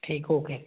ठीक ओके